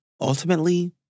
ultimately